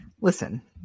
Listen